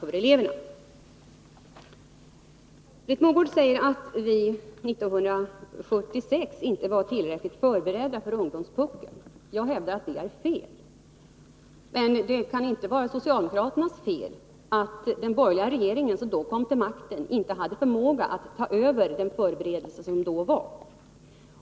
Britt Mogård säger att vi 1976 inte var tillräckligt förberedda för ungdomspuckeln. Jag hävdar att det inte stämmer. Det kan inte vara socialdemokraternas fel att den borgerliga regering som då kom till makten inte hade förmåga att ta över de förberedelser som då fanns.